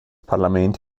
parlament